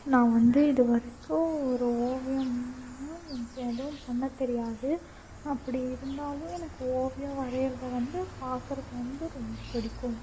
நான் வந்து இது வரைக்கும் ஒரு ஓவியம்லாம் எனக்கு எதுவும் பண்ண தெரியாது அப்படி இருந்தாலும் எனக்கு ஓவியம் வரையிரது வந்து பார்க்கறக்கு வந்து ரொம்ப பிடிக்கும்